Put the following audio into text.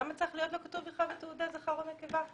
למה צריך להיות לו כתוב בכלל בתעודה זכר או נקבה?